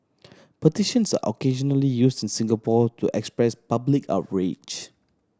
petitions are occasionally used in Singapore to express public outrage